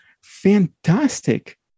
fantastic